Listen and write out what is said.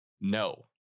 No